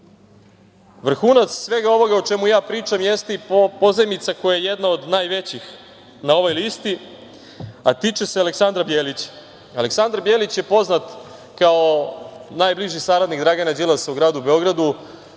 dinara. Vrhunac svega ovoga o čemu ja pričam jeste i pozajmica koja je jedna od najvećih na ovoj listi, a tiče se Aleksandra Bjelića. Aleksandar Bjelić je poznat kao najbliži saradnik Dragana Đilasa u gradu Beogradu,